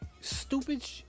Stupid